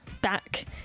back